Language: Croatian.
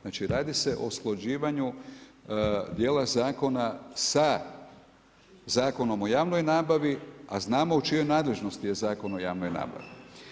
Znači radi se o usklađivanju dijela zakona sa Zakonom o javnoj nabavi, a znamo u čijoj nadležnosti je Zakon o javnoj nabavi.